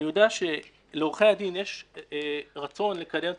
אני יודע שלעורכי הדין יש רצון לקדם את